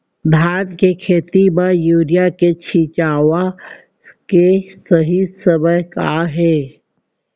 धान के खेती मा यूरिया के छिड़काओ के सही समय का हे?